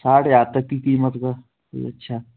साठ हज़ार तक की क़ीमत का कोई अच्छा